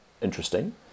interesting